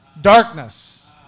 Darkness